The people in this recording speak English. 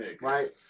right